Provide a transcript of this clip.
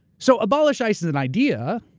so abolish ice is an idea,